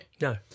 no